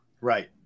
Right